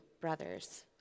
brothers